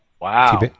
Wow